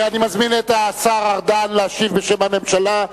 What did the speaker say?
אני מזמין את השר ארדן להשיב בשם הממשלה.